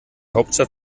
hauptstadt